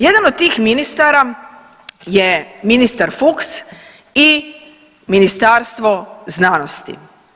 Jedan od tih ministara je ministar Fuchs i Ministarstvo znanosti.